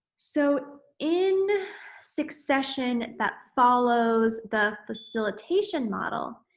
so in succession that follows the facilitation model